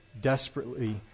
desperately